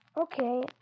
Okay